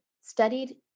studied